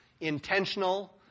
intentional